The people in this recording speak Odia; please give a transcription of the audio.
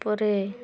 ପରେ